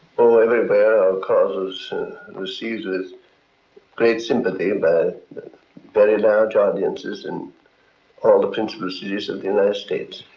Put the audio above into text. oh, everywhere our cause was received with great sympathy by very large audiences in all the principal cities of the united states.